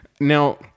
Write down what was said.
Now